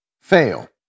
fail